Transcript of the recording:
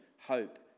hope